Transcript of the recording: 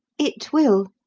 it will,